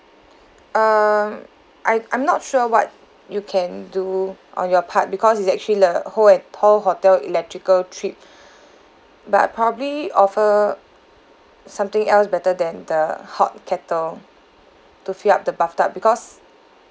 um I I'm not sure what you can do on your part because it's actually le~ whole whole hotel electrical trip but probably offer something else better than the hot kettle to fill up the bathtub because